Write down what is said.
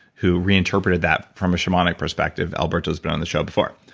who re-interpreted that from a shamanic prospective. alberto's been on the show before.